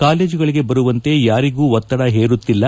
ಕಾಲೇಜುಗಳಿಗೆ ಬರುವಂತೆ ಯಾರಿಗೂ ಒತ್ತಡ ಹೇರುತ್ತಿಲ್ಲ